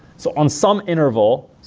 so on some interval,